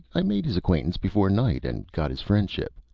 i made his acquaintance before night and got his friendship.